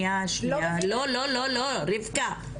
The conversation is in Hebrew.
לא רבקה,